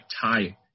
tie